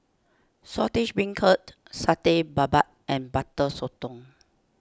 Saltish Beancurd Satay Babat and Butter Sotong